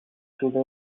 today